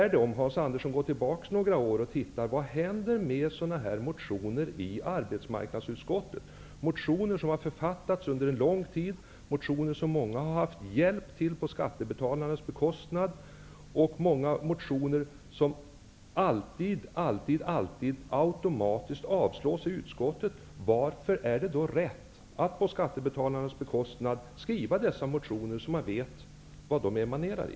Om Hans Andersson går tillbaks några år i tiden kan han se vad som händer med sådana här motioner i arbetsmarknadsutskottet. Motionerna har författats under lång tid, och många har haft hjälp med det på skattebetalarnas bekostnad. Många motioner avstyrks alltid automatiskt i utskottet. Varför är det då rätt att på skattebetalarnas bekostnad skriva dessa motioner? Man vet vad de emanerar i.